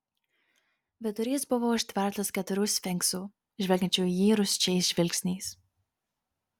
vidurys buvo užtvertas keturių sfinksų žvelgiančių į jį rūsčiais žvilgsniais